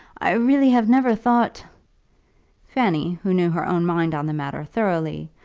i really have never thought fanny, who knew her own mind on the matter thoroughly,